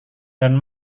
dan